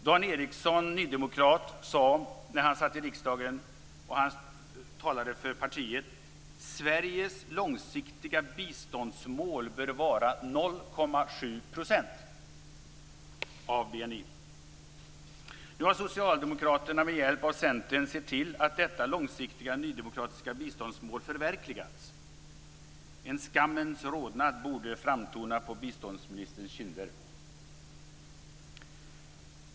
Dan Eriksson, nydemokrat, sade när han satt i riksdagen följande: "Sveriges långsiktiga biståndsmål bör vara 0,7 % av BNI". Han talade för partiet. Nu har Socialdemokraterna med hjälp av Centern sett till att detta långsiktiga nydemokratiska biståndsmål förverkligats. En skammens rodnad borde framtona på biståndsministerns kinder.